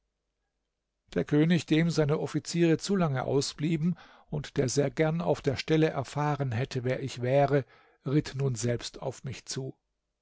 der könig dem seine offiziere zu lange ausblieben und der sehr gern auf der stelle erfahren hätte wer ich wäre ritt nun selbst auf mich zu